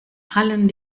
allen